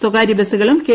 സ്വകാര്യ ബസുകളും കെ